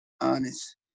honest